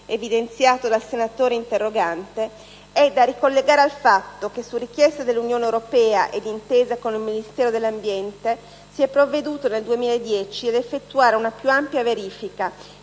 evidenziato dal senatore interrogante, è da ricollegare al fatto che, su richiesta dell'Unione europea e d'intesa con il Ministero dell'ambiente, si è provveduto nel 2010 ad effettuare una più ampia verifica